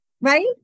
right